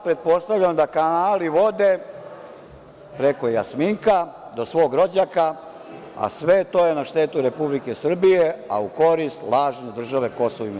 Pretpostavljam da kanali vode preko Jasminka do svog rođaka, a sve to je na štetu Republike Srbije, a u korist lažne države KiM.